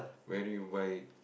where do you buy